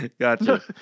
gotcha